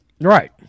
Right